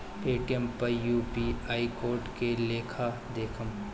Paytm पर UPI code के लेखा देखम?